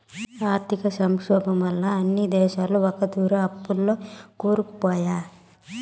ఆర్థిక సంక్షోబం వల్ల అన్ని దేశాలు ఒకతూరే అప్పుల్ల కూరుకుపాయే